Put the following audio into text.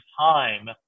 time